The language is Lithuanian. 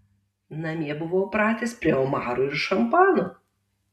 namie buvau pratęs prie omarų ir šampano